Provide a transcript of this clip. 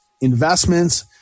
investments